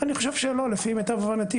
לפי מיטב הבנתי,